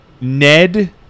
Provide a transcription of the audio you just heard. Ned